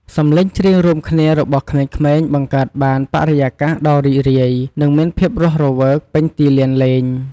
សំឡេងច្រៀងរួមគ្នារបស់ក្មេងៗបង្កើតបាន បរិយាកាសដ៏រីករាយ និងមានភាពរស់រវើក ពេញទីលានលេង។